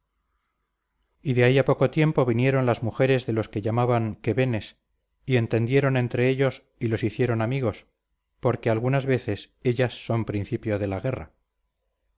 y de ahí a poco tiempo vinieron las mujeres de los que llamaban quevenes y entendieron entre ellos y los hicieron amigos aunque algunas veces ellas son principio de la guerra